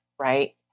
right